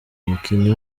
umukinnyi